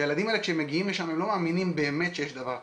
שהילדים האלה כשהם מגיעים לשם הם לא מאמינים באמת שיש דבר כזה,